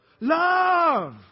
Love